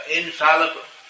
infallible